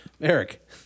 Eric